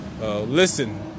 Listen